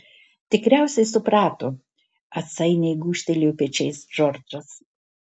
tikriausiai suprato atsainiai gūžtelėjo pečiais džordžas